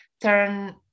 turn